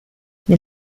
nel